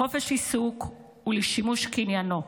לחופש עיסוק ולשימוש קניינו.